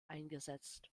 eingesetzt